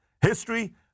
History